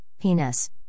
penis